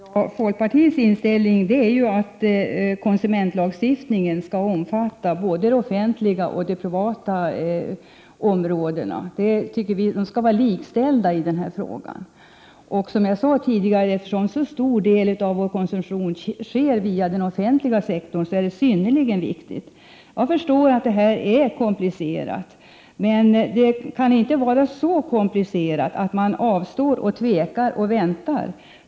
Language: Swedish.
Prot. 1988/89:117 Herr talman! Folkpartiets inställning är ju att konsumentlagstiftningen 19 maj 1989 skall omfatta både det offentliga och det privata området. Områdena skall vara likställda i den här frågan. Eftersom så stor del av vår konsumtion sker 2 via den offentliga sektorn, som sagt, är detta synnerligen viktigt. överläggningar mellan Jag förstår att det här är komplicerat, men det kan inte vara så komplicerat EFTA och EG om så att man behöver avstå, tveka och vänta.